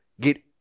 get